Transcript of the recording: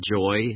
joy